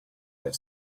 have